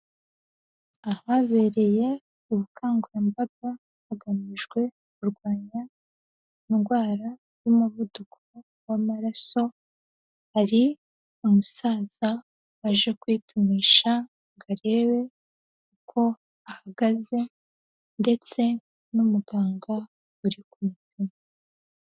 Ahabereye ubukangurambaga hagamijwe kurwanya indwara y'umuvuduko w'amaraso hari umusaza aje kwipimisha ngo arebe uko ahagaze ndetse n'umuganga uri kubipima.